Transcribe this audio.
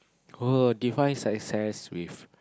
were oh define success with